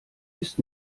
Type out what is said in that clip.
ist